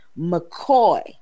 McCoy